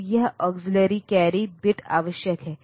तो ये 8 बिट्स हैं